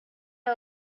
our